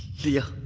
you